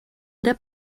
era